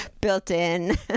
Built-in